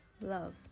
Love